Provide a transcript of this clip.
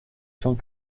cent